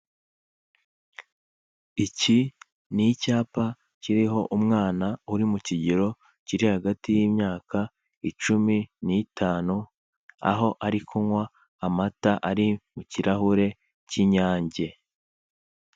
Iki ni nicyapa kiriho umwana uri mu kigero kiri hagati y'imyaka icumi n'itanu, aho ari kunywa amata ari mu kirahure cy'inyange.